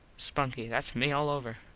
spunky. thats me all over.